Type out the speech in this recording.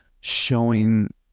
showing